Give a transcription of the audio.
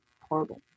horrible